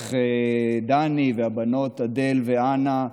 בעלך דני והבנות אדל ואנה,